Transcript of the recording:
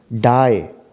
die